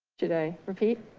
should i repeat?